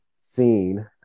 seen